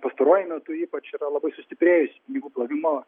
pastaruoju metu ypač yra labai sustiprėjusi pinigų plovimo